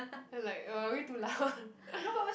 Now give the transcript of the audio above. then like uh are we too loud